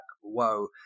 whoa